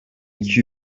iki